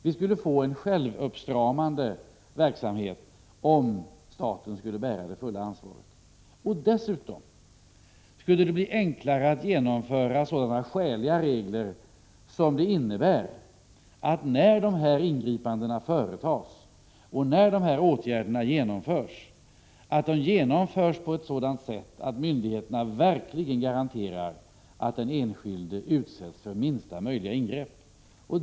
Vi skulle få en självuppstramande verksamhet, om staten skulle bära det fulla ansvaret. Dessutom skulle det bli enklare att genomföra skäliga regler som skulle innebära att ingripandena och åtgärderna genomförs på sådant sätt att myndigheterna verkligen garanterar att den enskilde utsätts för minsta möjliga ingrepp.